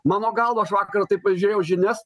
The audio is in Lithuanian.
mano galva aš vakar taip pažiūrėjau žinias